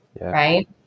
right